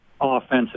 offensive